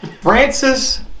Francis